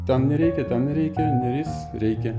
ten nereikia ten reikia neris reikia